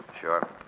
Sure